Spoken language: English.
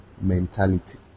mentality